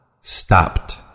Stopped